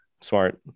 smart